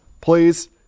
Please